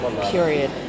period